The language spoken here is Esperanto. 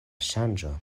ŝanĝo